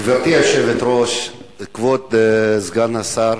גברתי היושבת-ראש, כבוד סגן השר,